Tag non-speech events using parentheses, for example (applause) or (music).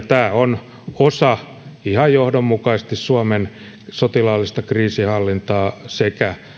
(unintelligible) tämä on ihan johdonmukaisesti osa suomen sotilaallista kriisinhallintaa sekä